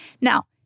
Now